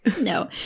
No